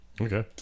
okay